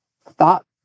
thought